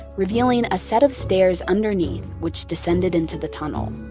revealing a set of stairs underneath, which descended into the tunnel,